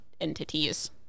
entities